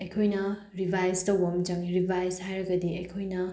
ꯑꯩꯈꯣꯏꯅ ꯔꯤꯕꯥꯏꯁ ꯇꯧꯕ ꯑꯃ ꯆꯪꯏ ꯔꯤꯕꯥꯏꯁ ꯍꯥꯏꯔꯒꯗꯤ ꯑꯩꯈꯣꯏꯅ